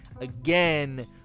Again